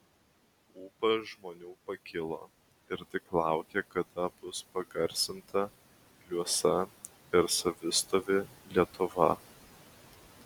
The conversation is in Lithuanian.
ūpas žmonių pakilo ir tik laukė kada bus pagarsinta liuosa ir savistovi lietuva